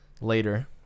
later